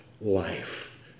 life